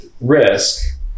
risk